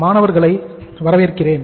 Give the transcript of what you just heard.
மாணவர்களை வரவேற்கிறேன்